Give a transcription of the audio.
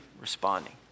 responding